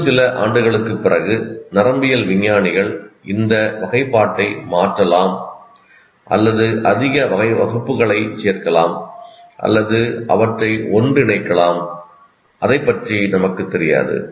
இன்னும் சில ஆண்டுகளுக்குப் பிறகு நரம்பியல் விஞ்ஞானிகள் இந்த வகைப்பாட்டை மாற்றலாம் அல்லது அதிக வகுப்புகளைச் சேர்க்கலாம் அல்லது அவற்றை ஒன்றிணைக்கலாம் அதைப்பற்றி நமக்குத் தெரியாது